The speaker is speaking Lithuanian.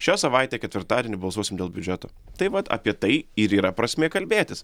šią savaitę ketvirtadienį balsuosim dėl biudžeto taip vat apie tai ir yra prasmė kalbėtis